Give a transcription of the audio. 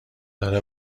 داره